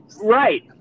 right